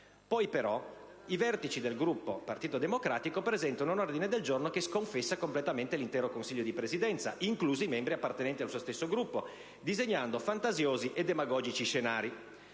Poi, però, i vertici del Gruppo del Partito Democratico presentano un ordine del giorno che sconfessa completamente l'intero Consiglio di Presidenza, inclusi i membri appartenenti al loro stesso Gruppo, disegnando fantasiosi e demagogici scenari.